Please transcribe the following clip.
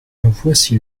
voici